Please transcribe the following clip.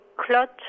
clot